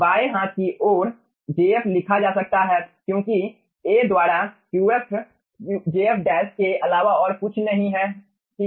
बाएं हाथ की ओर को jf लिखा जा सकता है क्योंकि A द्वारा Qf jf के अलावा और कुछ नहीं है ठीक है